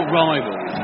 rivals